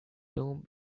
tomb